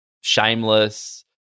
Shameless